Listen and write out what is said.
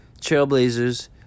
Trailblazers